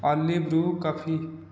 Ali brew coffee